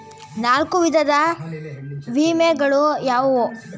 ನಾಲ್ಕು ವಿಧದ ವಿಮೆಗಳು ಯಾವುವು?